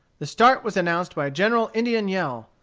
the start was announced by a general indian yell.